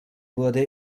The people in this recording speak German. wurde